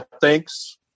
thanks